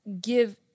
give